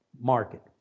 market